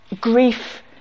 grief